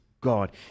God